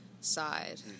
side